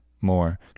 more